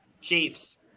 Chiefs